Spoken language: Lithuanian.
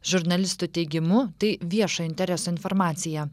žurnalistų teigimu tai viešo intereso informacija